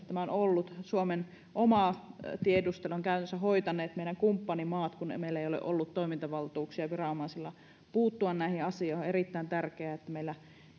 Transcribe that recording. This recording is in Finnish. tämä on ollut suomen omaa tiedustelua ovat käytännössä hoitaneet meidän kumppanimaamme kun meillä ei viranomaisilla ole ollut toimintavaltuuksia puuttua näihin asioihin on erittäin tärkeää että